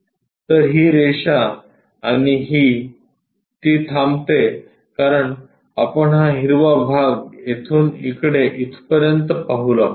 तर ही रेषा आणि ही ती थांबते कारण आपण हा हिरवा भाग येथून इकडे तिथपर्यंत पाहू लागतो